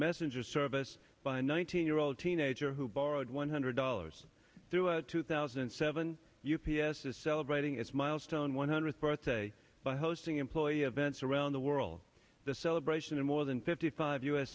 messenger service by nineteen year old teenager who borrowed one hundred dollars through two thousand and seven u p s is celebrating its milestone one hundredth birthday by hosting employee events around the world the celebration in more than fifty five u